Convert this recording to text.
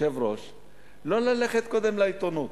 לא ללכת לעיתונות.